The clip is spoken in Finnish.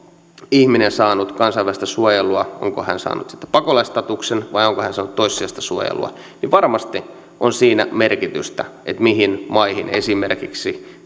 ihminen saanut kansainvälistä suojelua onko hän saanut pakolaisstatuksen vai onko hän saanut toissijaista suojelua varmasti on sillä merkitystä mihin maihin esimerkiksi